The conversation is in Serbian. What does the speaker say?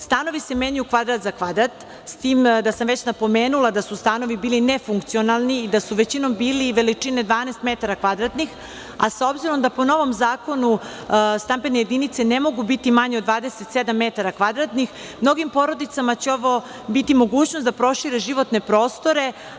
Stanovi se menjaju kvadrat za kvadrat, s tim da sam već napomenula da su stanovi bili nefunkcionalni i da su većinom bili veličine 12 metara kvadratnih, a s obzirom da po novom zakonu stambene jedinice ne mogu biti manje od 27 metara kvadratnih, mnogim porodicama će ovo biti mogućnost da prošire životne prostore.